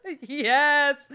Yes